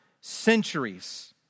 centuries